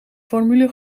formule